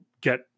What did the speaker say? get